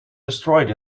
destroyed